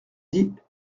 dit